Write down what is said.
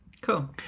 cool